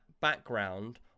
background